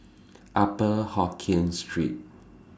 Upper Hokkien Street